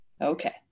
Okay